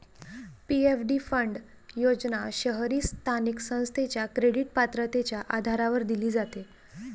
PFD fund योजना शहरी स्थानिक संस्थेच्या क्रेडिट पात्रतेच्या आधारावर दिली जाते